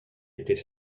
était